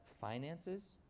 finances